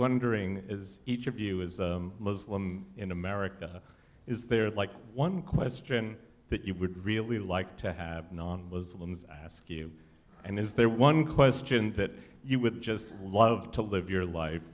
wondering as each of you as a muslim in america is there like one question that you would really like to have non muslims ask you and is there one question that you would just love to live your life